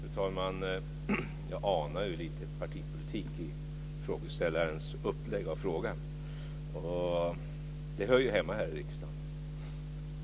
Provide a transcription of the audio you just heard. Fru talman! Jag anar ju lite partipolitik i frågeställarens upplägg av frågan. Det hör ju hemma här i riksdagen.